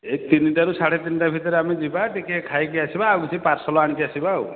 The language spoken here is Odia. ଏ ତିନିଟାରୁ ସାଢେ ତିନିଟା ଭିତରେ ଆମେ ଯିବା ଟିକିଏ ଖାଇକି ଆସିବା ଆଉ କିଛି ପାର୍ସଲ୍ ଆଣିକି ଆସିବା ଆଉ